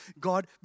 God